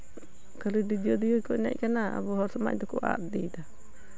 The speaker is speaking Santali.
ᱠᱷᱟᱹᱞᱤ ᱰᱤᱡᱮ ᱫᱤᱭᱮ ᱠᱚ ᱮᱱᱮᱡ ᱠᱟᱱᱟ ᱟᱵᱚ ᱦᱚᱲ ᱥᱚᱢᱟᱡᱽ ᱫᱚᱠᱚ ᱟᱫ ᱤᱫᱤᱭᱮᱫᱟ